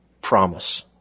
promise